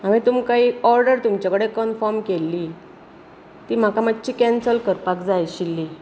हांवें तुमकां एक ऑर्डर तुमचे कडेन कनफर्म केल्ली ती म्हाका मातशी कॅन्सल करपाक जाय आशिल्ली